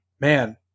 man